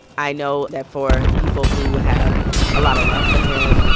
i know that for people who have a lot of love for him,